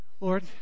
Lord